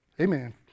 Amen